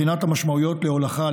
בחינת המשמעויות להולכה,